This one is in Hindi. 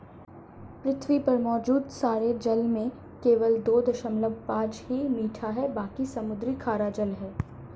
पृथ्वी पर मौजूद सारे जल में केवल दो दशमलव पांच ही मीठा है बाकी समुद्री खारा जल है